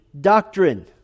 doctrine